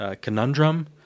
conundrum